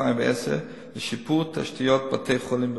2010 לשיפור תשתיות בתי-חולים בפריפריה.